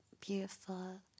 beautiful